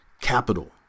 capital